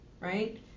right